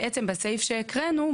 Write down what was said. בעצם בסעיף שהקראנו,